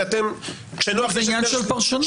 זה עניין של פרשנות.